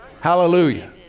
Hallelujah